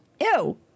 Ew